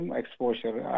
exposure